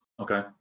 Okay